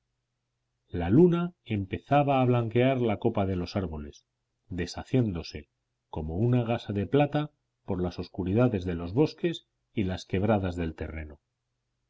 la luna empezaba a blanquear la copa de los árboles deshaciéndose como una gasa de plata por las oscuridades de los bosques y las quebradas del terreno